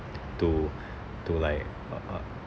to to like uh uh